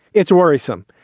it's worrisome,